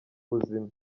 buzima